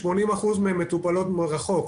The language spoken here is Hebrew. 80% מהן מטופלות מרחוק,